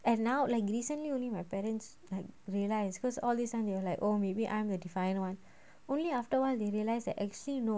and now like recently only my parents like realise cause all this and they were like oh maybe I'm the defiant one only afterwhile they realize that actually no like